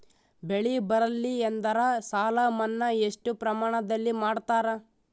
ಬೆಳಿ ಬರಲ್ಲಿ ಎಂದರ ಸಾಲ ಮನ್ನಾ ಎಷ್ಟು ಪ್ರಮಾಣದಲ್ಲಿ ಮಾಡತಾರ?